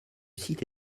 site